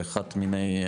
באחת מיני,